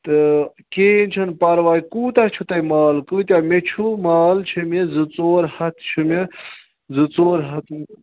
تہٕ کِہیٖنۍ چھُنہٕ پرواے کوٗتاہ چھُ تۄہہِ مال کۭتیاہ مےٚ چھُو مال چھِ مےٚ زٕ ژور ہَتھ چھِ مےٚ زٕ ژور ہَتھ